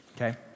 Okay